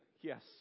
Yes